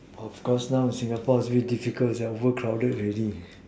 but of course now in Singapore it's a bit difficult it's overcrowded already